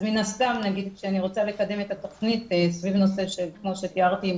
אז מן הסתם נגיד כשאני רוצה לקדם את התוכנית סביב נושא כמו שתיארתי,